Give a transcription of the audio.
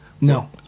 no